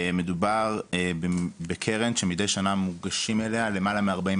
מדובר בקרן שמידי שנה מוגשים אליה למעלה מארבעים